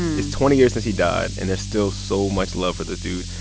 it's twenty years since he died, and there's still so much love for this dude,